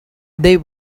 they